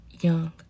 young